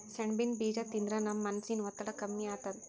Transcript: ಸೆಣಬಿನ್ ಬೀಜಾ ತಿಂದ್ರ ನಮ್ ಮನಸಿನ್ ಒತ್ತಡ್ ಕಮ್ಮಿ ಆತದ್